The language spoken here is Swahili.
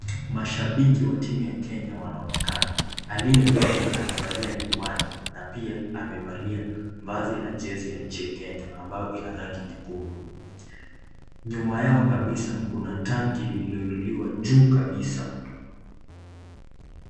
Mashabiki wa timu ya Kenya wanaonekana. Aliye mbele amevalia miwani na pia amevalia vazi la jezi ya nchi ya Kenya ambayo ina rangi nyekundu Nyuma yao kabisa kuna tanki lililoinuliwa juu kabisa.